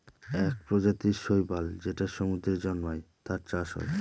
এক প্রজাতির শৈবাল যেটা সমুদ্রে জন্মায়, তার চাষ হয়